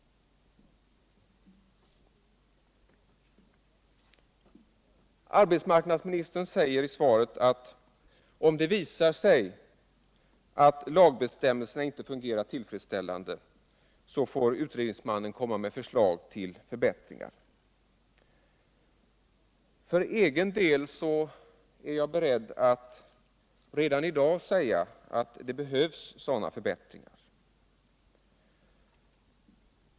Arbetsmarknadsministern säger i svaret att om det visar sig att lagbestämmelserna inte fungerar tillfredsställande får utredningsmannen komma med förslag till förbättringar. För egen del är jag beredd att redan i dag säga att det behövs sådana förbättringar.